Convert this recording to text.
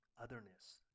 otherness